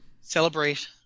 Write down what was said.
Celebrate